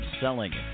selling